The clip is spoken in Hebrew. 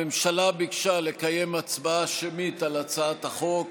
הממשלה ביקשה לקיים הצבעה שמית על הצעת החוק.